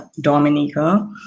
Dominica